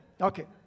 okay